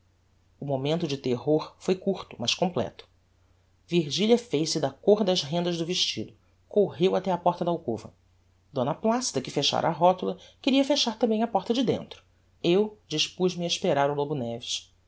o momento de terror foi curto mas completo virgilia fez-se da côr das rendas do vestido correu até a porta da alcova d placida que fechára a rotula queria fechar tambem a porta de dentro eu dispuz me a esperar o lobo neves